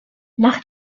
nach